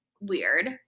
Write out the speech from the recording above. weird